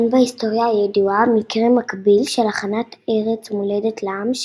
אין בהיסטוריה הידועה מקרה מקביל של הכנת ארץ מולדת לעם,